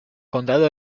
condado